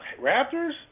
Raptors